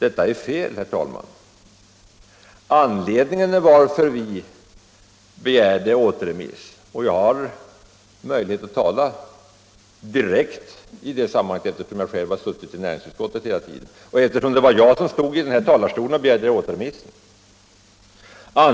Detta är fel, herr talman. Eftersom jag har suttit i näringsutskottet hela tiden och eftersom det var jag som stod i den här talarstolen och begärde återremiss har jag möjlighet att tala direkt i den här frågan.